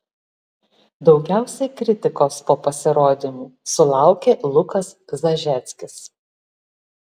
daugiausiai kritikos po pasirodymų sulaukė lukas zažeckis